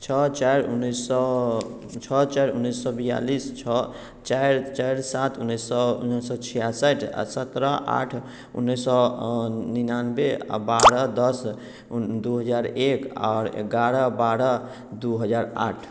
छओ चारि उन्नैस सए छओ चारि उन्नैस सए बियालिस छओ चारि चारि सात उन्नैस सए उन्नैस सए छियासठि आ सत्रह आठ उन्नैस सए निनानबे आ बारह दस दू हजार एक आर एगारह बारह दू हजार आठ